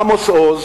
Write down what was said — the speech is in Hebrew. עמוס עוז,